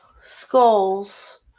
skulls